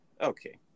okay